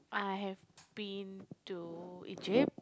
I have been to Egypt